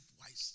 wisely